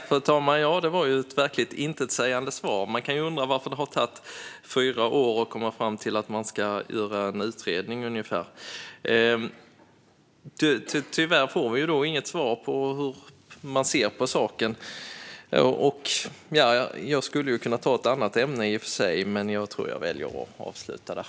Fru talman! Ja, det var verkligen ett intetsägande svar. Man kan undra varför det har tagit fyra år att komma fram till att göra en utredning. Tyvärr får vi inget svar på hur man ser på saken. Jag skulle i och för sig kunna ta upp ett annat ämne, men jag tror att jag väljer att avsluta där.